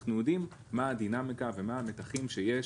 אנחנו יודעים מה הדינמיקה ומה המתחים שיש.